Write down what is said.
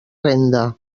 renda